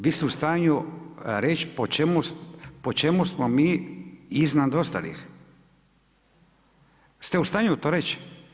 Vi ste u stanju reći po čemu smo mi iznad ostalih, jeste li u stanju to reći?